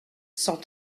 cent